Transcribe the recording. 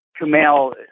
Kumail